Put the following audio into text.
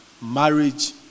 Marriage